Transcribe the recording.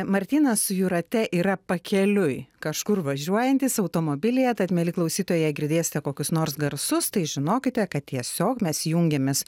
martynas su jūrate yra pakeliui kažkur važiuojantys automobilyje tad mieli klausytojai jei girdėsite kokius nors garsus tai žinokite kad tiesiog mes jungiamės